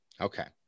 Okay